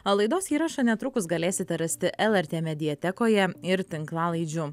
o laidos įrašą netrukus galėsite rasti lrt mediatekoje ir tinklalaidžių